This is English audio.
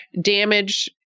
damage